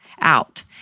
out